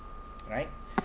right